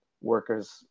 workers